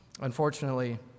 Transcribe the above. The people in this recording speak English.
Unfortunately